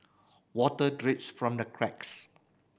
water drips from the cracks